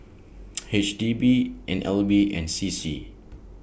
H D B N L B and C C